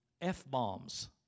F-bombs